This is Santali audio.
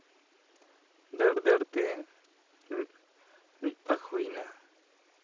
ᱫᱟᱹᱲ ᱫᱟᱹᱲᱛᱮ ᱢᱤᱫ ᱯᱟᱸᱠ ᱦᱩᱭᱮᱱᱟ